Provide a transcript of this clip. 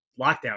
lockdown